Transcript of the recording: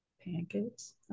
pancakes